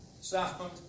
sound